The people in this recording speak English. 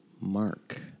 mark